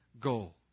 goal